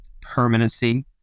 permanency